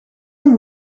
een